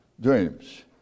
dreams